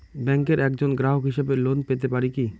ব্যাংকের একজন গ্রাহক হিসাবে লোন পেতে পারি কি?